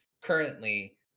currently